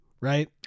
right